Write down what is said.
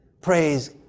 Praise